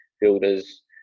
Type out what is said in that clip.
builders